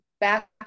back